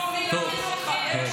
תגיד לי איפה, תעזור לי להבין אותך.